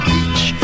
Beach